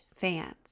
fans